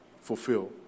fulfill